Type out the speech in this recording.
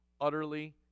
utterly